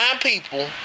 people